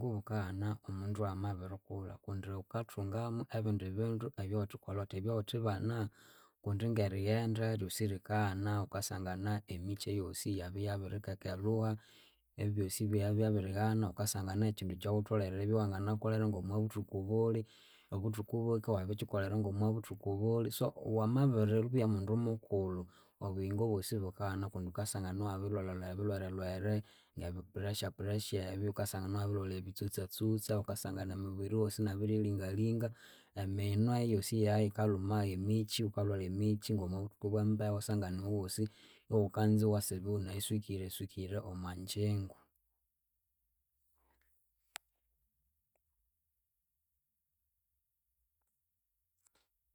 Kubukaghana omundu wamabirikulha kundi wukathungamu ebindi bindu ebyawuthikolhawuthi ebyawuthibana kundi ngerighenda ryosi rikaghana wukasangana emikyi yosi yabwayabikekelhuha, ebyosi byabya byabirighana. Wukasangana ekyindu kya wutholere eribya wangina kolera ngomwabuthuku buli obuthuku buke iwabikyikolera ngomwabuthuku buli so wamabiribya mundu mukulhu obuyingo bwosi bukaghana kundi wukasangana iwabilwalha ebilwerelwere ngebi pressure pressure ebyu. Wukasangana iwabilwalha ebitsutsa tsutsa, wukasangana omubiri owosi inabirilinga linga, eminwa yosi iya yikalhuma. Emikyi wukalwalha emikyi ngomwabuthuku bwembehu iwasangana iwowosi iwukanza iwasiba iwunayiswikireswikire omwangyingu.